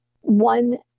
one